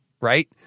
right